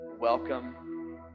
Welcome